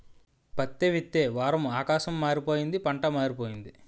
పత్తే విత్తే వారము ఆకాశం మారిపోయింది పంటా మారిపోయింది